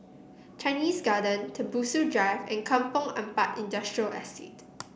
Chinese Garden Tembusu Drive and Kampong Ampat Industrial Estate